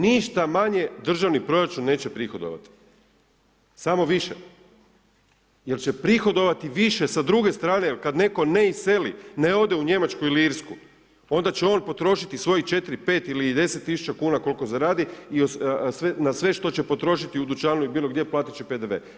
Ništa manje državni proračun neće prihodovati, samo više jer će prihodovati više sa druge strane, kad netko ne iseli, ne ode u Njemačku ili Irsku, onda će on potrošiti svojih 4, 5 ili 10 tisuća kuna koliko zaradi na sve što će potrošiti u dućanu ili bilo gdje platit će PDV.